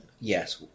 Yes